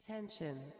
Attention